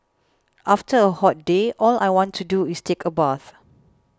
after a hot day all I want to do is take a bath